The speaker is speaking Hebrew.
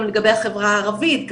גם לגבי החברה הערבית,